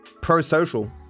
pro-social